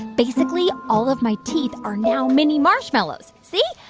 basically, all of my teeth are now mini marshmallows. see?